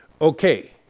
okay